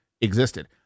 existed